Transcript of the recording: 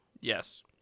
Yes